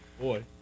Boy